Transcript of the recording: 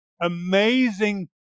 amazing